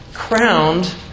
Crowned